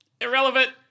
Irrelevant